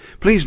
Please